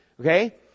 okay